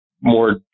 more